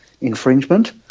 infringement